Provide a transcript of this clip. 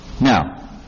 Now